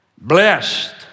Blessed